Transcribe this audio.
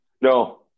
No